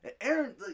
Aaron